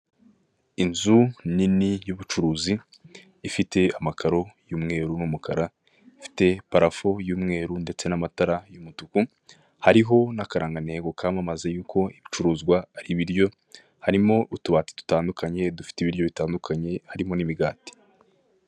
Inzu nini y'ubucuruzi ifite amakaro y'umweru n'umukara ifite parafo y'umweru ndetse n'amatara y'umutuku, hariho n'akarangantego kamamaza yuko ibicuruzwa ari ibiryo, harimo utubat dutandkanye dufite ibiryo bitandukanye harimo n'imigati.